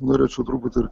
norėčiau truputį ir